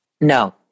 No